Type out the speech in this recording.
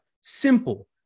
Simple